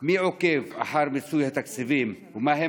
3. מי עוקב אחר מיצוי התקציבים ומהם